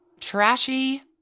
trashy